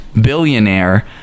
billionaire